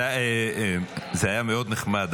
זה היה מאוד נחמד,